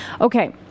Okay